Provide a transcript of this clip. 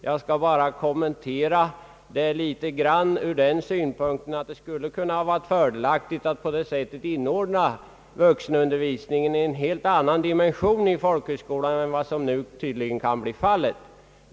Jag skall endast kommentera frågan något ur den synpunkten att det hade varit fördelaktigt att ge vuxenundervisningen vid folkhögskolorna en helt annan dimension än vad som nu tydligen kan bli fallet.